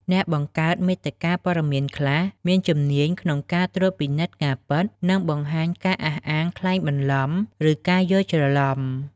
អ្នកបង្កើតមាតិកាព័ត៌មានខ្លះមានជំនាញក្នុងការត្រួតពិនិត្យការពិត និងបង្ហាញការអះអាងក្លែងបន្លំ ឬការយល់ច្រឡំ។